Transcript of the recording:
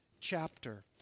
chapter